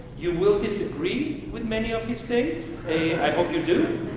you will disagree with many of his takes. i hope you do.